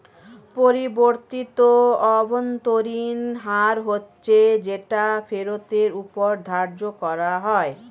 পরিবর্তিত অভ্যন্তরীণ হার হচ্ছে যেটা ফেরতের ওপর ধার্য করা হয়